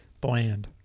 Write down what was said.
Bland